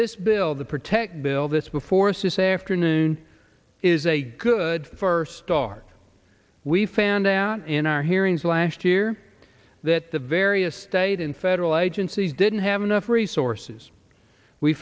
this bill the protect bill this before us this afternoon is a good first start we found out in our hearings last year that the various state and federal agencies didn't have enough resources we